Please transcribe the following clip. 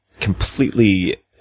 completely